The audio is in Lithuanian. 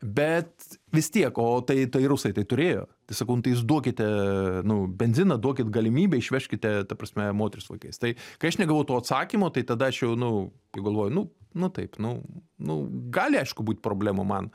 bet vis tiek o tai tai rusai tai turėjo tai sakau nu tai jūs duokite nu benziną duokit galimybę išvežkite ta prasme moteris su vaikais tai kai aš negavau to atsakymo tai tada aš jau nu jau galvoju nu nu taip nu nu gali aišku būt problemų man